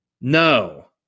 no